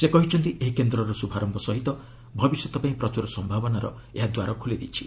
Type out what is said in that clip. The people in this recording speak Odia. ସେ କହିଛନ୍ତି ଏହି କେନ୍ଦ୍ରର ଶୁଭାରମ୍ଭ ସହ ଭବିଷ୍ୟତ୍ପାଇଁ ପ୍ରଚୁର ସମ୍ଭାବନାର ଏହା ଦ୍ୱାର ଖୋଲିଦେଇଛି